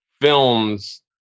films